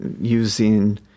using